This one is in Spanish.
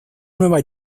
nueva